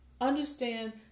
Understand